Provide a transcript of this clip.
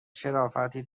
شرافتی